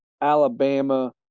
Alabama